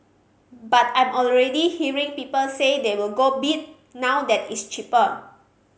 but I'm already hearing people say they will go bid now that it's cheaper